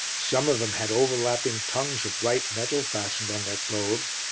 some of them had overlapping tongues of bright metal fastened on their clothes,